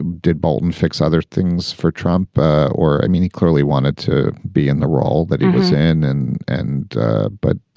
did bolton fix other things for trump or i mean, he clearly wanted to be in the role that he was in. and and but,